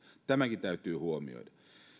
tämäkin täytyy huomioida